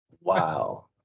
Wow